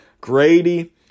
Grady